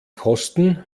kosten